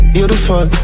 Beautiful